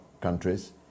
countries